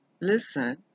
listen